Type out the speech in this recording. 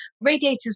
Radiators